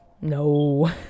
no